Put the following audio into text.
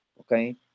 Okay